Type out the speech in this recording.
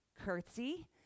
curtsy